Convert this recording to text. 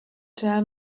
tell